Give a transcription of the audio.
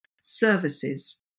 services